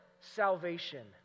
salvation